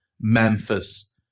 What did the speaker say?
Memphis